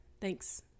Thanks